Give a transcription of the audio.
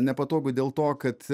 nepatogu dėl to kad